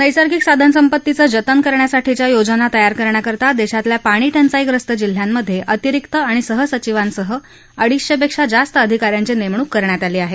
नस्तर्गिक साधनसंपत्तीचं जतन करण्यासाठीच्या योजना तयार करण्याकरता देशातल्या पाणी चौई ग्रस्त जिल्ह्यांमधे अतिरिक्त आणि सह सचिवांसह अडीचशेपेक्षा जास्त अधिका यांची नेमणूक करण्यात आली आहे